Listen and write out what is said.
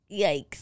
yikes